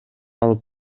алып